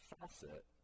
facet